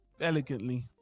elegantly